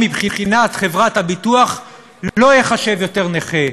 מבחינת חברת הביטוח הוא לא ייחשב יותר נכה,